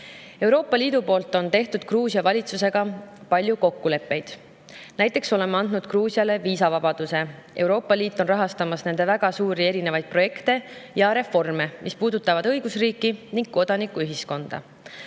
Euroopa Liit on teinud Gruusia valitsusega palju kokkuleppeid. Näiteks oleme andnud Gruusiale viisavabaduse. Euroopa Liit rahastab nende erinevaid väga suuri projekte ja reforme, mis puudutavad õigusriiki ning kodanikuühiskonda. Tänaseks